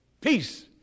peace